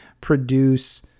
produce